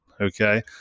okay